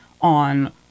on